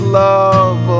love